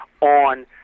on